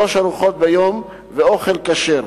שלוש ארוחות ביום ואוכל כשר.